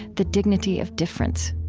the dignity of difference